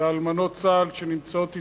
לאלמנות צה"ל שנמצאות אתנו,